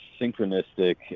synchronistic